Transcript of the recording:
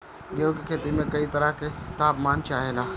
गेहू की खेती में कयी तरह के ताप मान चाहे ला